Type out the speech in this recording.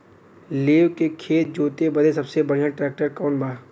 लेव के खेत जोते बदे सबसे बढ़ियां ट्रैक्टर कवन बा?